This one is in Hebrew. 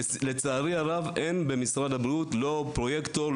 לצערי הרבה אין במשרד הבריאות פרויקטור,